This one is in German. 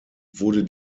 wurde